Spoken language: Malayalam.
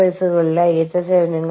അന്താരാഷ്ട്ര നൈതിക ചട്ടക്കൂട്